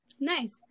Nice